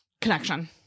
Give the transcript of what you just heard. connection